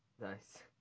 Nice